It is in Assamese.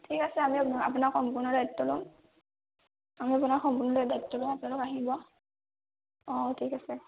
ঠিক আছে আমি সম্পূৰ্ণ দায়িত্ব ল'ম আমি আপোনাৰ সম্পূৰ্ণ দায়িত্ব ল'ম আপোনালোক আহিব অঁ ঠিক আছে